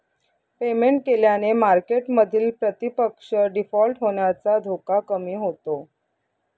payment केल्याने मार्केटमधील प्रतिपक्ष डिफॉल्ट होण्याचा धोका कमी होतो